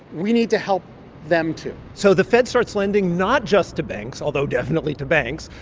we need to help them, too so the fed starts lending not just to banks, although definitely to banks,